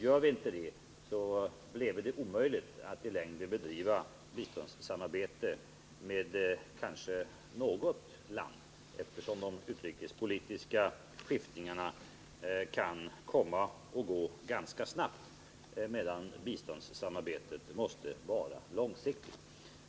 Gör vi inte det blir det kanske omöjligt att i längden bedriva biståndssamarbete med något land, eftersom utrikespolitiska förändringar kan ske ganska snabbt, medan biståndssamarbetet måste vara långsiktigt.